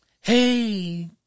Hey